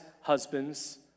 husbands